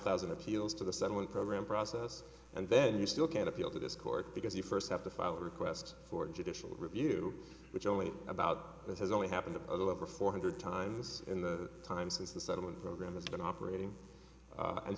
thousand appeals to the settlement program process and then you still can't appeal to this court because you first have to file a request for judicial review which only about it has only happened over four hundred times in the time since the settlement program has been operating